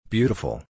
Beautiful